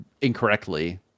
incorrectly